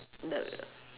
the r~